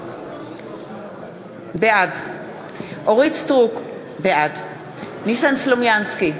בעד אורית סטרוק, בעד ניסן סלומינסקי,